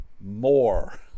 more